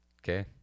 okay